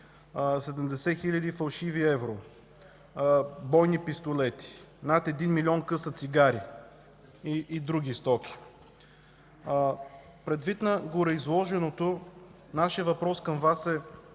70 хиляди фалшиви евро, бойни пистолети, над 1 милион къса цигари и други стоки. Предвид на гореизложеното, нашият въпрос към Вас е: